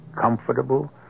comfortable